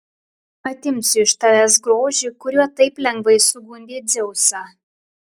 atimsiu iš tavęs grožį kuriuo taip lengvai sugundei dzeusą